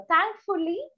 thankfully